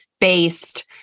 based